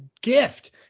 gift